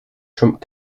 trump